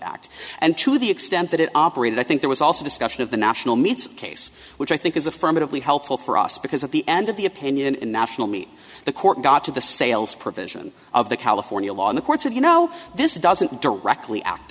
act and to the extent that it operated i think there was also discussion of the national meets case which i think is affirmatively helpful for us because at the end of the opinion international me the court got to the sales provision of the california law in the courts and you know this doesn't directly